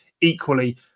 Equally